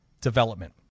development